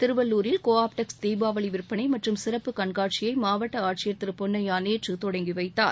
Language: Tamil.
திருவள்ளுரில் கோ ஆப்டெக்ஸ் தீபாவளி விற்பனை மற்றும சிறப்பு கண்காட்சியை மாவட்ட ஆட்சியர் திரு பொன்னையா நேற்று தொடங்கிவைத்தார்